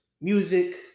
music